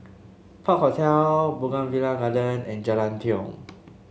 Park Hotel Bougainvillea Garden and Jalan Tiong